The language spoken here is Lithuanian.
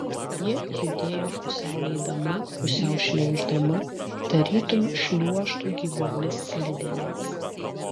ji judėjo pusiau eidama pusiau šliauždama tarytum šliuožtų gyvomis slidėmis